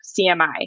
CMI